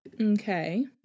Okay